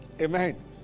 amen